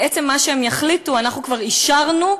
מה שהם יחליטו אנחנו כבר אישרנו,